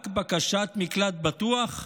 רק בקשת מקלט בטוח,